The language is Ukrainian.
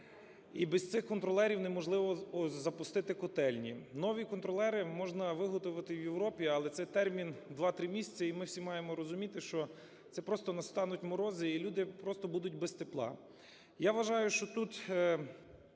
і без цих контролерів неможливо запустити котельні. Нові контролери можна виготовити в Європі, але це термін два-три місяці і ми всі маємо розуміти, що це просто настануть морози і люди просто будуть без тепла. Я вважаю, що тут,